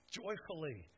joyfully